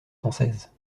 française